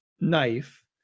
knife